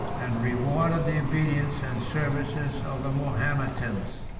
and rewarded the obedience and services of the mahometans.